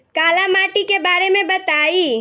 काला माटी के बारे में बताई?